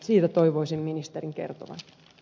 siitä toivoisin ministerin kertovan